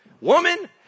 Woman